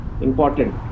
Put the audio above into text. important